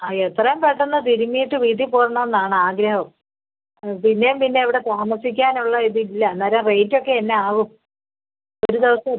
ആ എത്രയും പെട്ടെന്ന് തിരുമ്മിയിട്ട് വീട്ടിൽ പോരണം എന്നാണ് ആഗ്രഹം ആ പിന്നെയും പിന്നെയും ഇവിടെ താമസിക്കാൻ ഉള്ള ഇത് ഇല്ല അന്നേരം റേറ്റ് ഒക്കെ എന്നാ ആവും ഒരു ദിവസം